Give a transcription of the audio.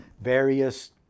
various